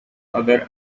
other